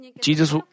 Jesus